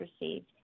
received